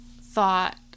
thought